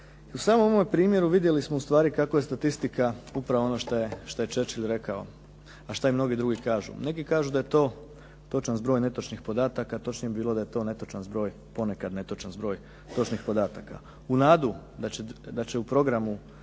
U samom ovom primjeru vidjeli smo kako je statistika upravo ono što ce Churchill rekao, a što i mnogi drugi kažu. Neki kažu da je to točan zbroj netočnih podataka, točnije bi bilo da je netočan zbroj ponekad netočan zbroj točnih podataka. U nadu da će u programu